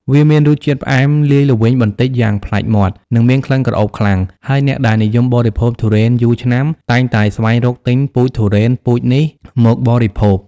វាមានរសជាតិផ្អែមលាយល្វីងបន្តិចយ៉ាងប្លែកមាត់ និងមានក្លិនក្រអូបខ្លាំង ហើយអ្នកដែលនិយមបរិភោគទុរេនយូរឆ្នាំតែងតែស្វែងរកទិញពូជទុរេនពូជនេះមកបរិភោគ។